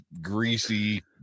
greasy